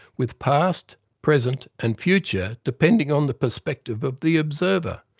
with past, present and future depending on the perspective of the observer.